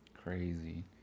Crazy